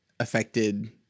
affected